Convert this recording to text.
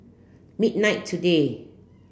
midnight today